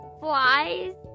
flies